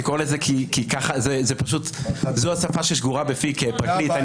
אני קורא לזה כי זו השפה ששגורה בפי כפרקליט.